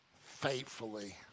faithfully